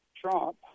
Trump